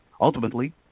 Ultimately